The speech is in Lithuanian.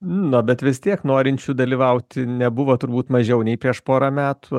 nu bet vis tiek norinčių dalyvauti nebuvo turbūt mažiau nei prieš porą metų